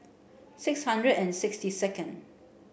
six hundred and sixty second